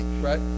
right